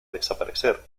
desaparecer